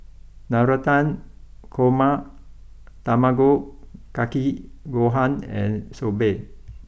Navratan Korma Tamago Kake Gohan and Soba